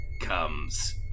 comes